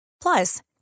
Plus